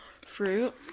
fruit